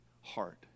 heart